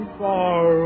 far